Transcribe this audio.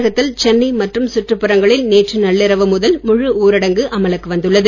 தமிழகத்தில் சென்னை மற்றும் சுற்றுப் புறங்களில் நேற்று நள்ளிரவு முதல் முழு ஊரடங்கு அமலுக்கு வந்துள்ளது